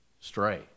stray